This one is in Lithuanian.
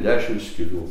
dešim skylių